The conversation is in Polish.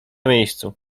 miejscu